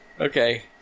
Okay